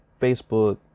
Facebook